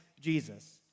Jesus